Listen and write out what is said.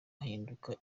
ahinduka